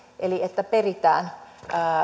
eli peritään